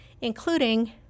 including